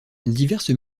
diverses